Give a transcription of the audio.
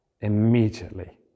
Immediately